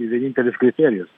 ir vienintelis kriterijus